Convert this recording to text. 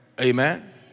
Amen